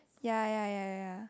ya ya ya ya